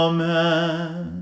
Amen